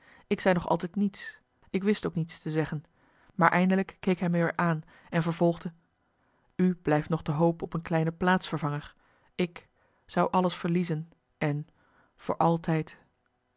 ik zei nog altijd niets ik wist ook niets te zeggen maar eindelijk keek hij me weer aan en vervolgde u blijft nog de hoop op een kleine plaatsvervanger ik zou alles verliezen en voor altijd